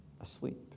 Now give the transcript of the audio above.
asleep